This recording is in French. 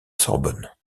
sorbonne